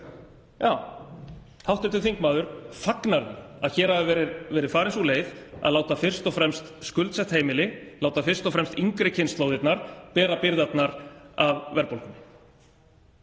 Já, hv. þingmaður fagnar að hér hafi verið farin sú leið að láta fyrst og fremst skuldsett heimili, láta fyrst og fremst yngri kynslóðirnar bera byrðarnar af verðbólgunni.